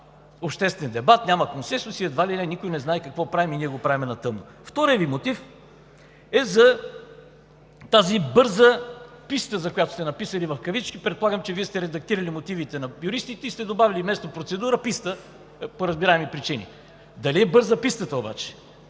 обществен дебат, няма консенсус и едва ли не никой не знае какво правим и ние го правим на тъмно. Вторият Ви мотив е за тази бърза писта, която сте написали в кавички. Предполагам, че Вие сте редактирали мотивите на юристите и сте добавили вместо „процедура“ – „писта“, по разбираеми причини. Дали е бърза пистата обаче